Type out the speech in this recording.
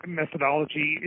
methodology